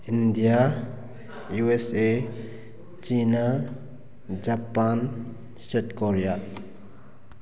India U S A China Japan South Korea